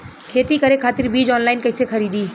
खेती करे खातिर बीज ऑनलाइन कइसे खरीदी?